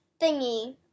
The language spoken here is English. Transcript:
thingy